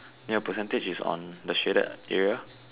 ya percentage is on the shaded area